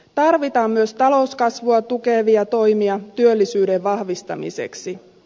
tarvitaan myös talouskasvua tukevia toimia työllisyyden vahvistamiseksi